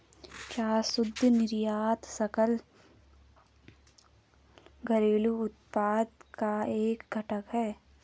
क्या शुद्ध निर्यात सकल घरेलू उत्पाद का एक घटक है?